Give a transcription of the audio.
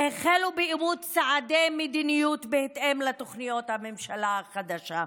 שהחלו באימוץ צעדי מדיניות בהתאם לתוכניות הממשלה החדשה.